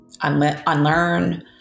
unlearn